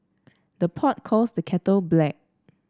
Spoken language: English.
the pot calls the kettle black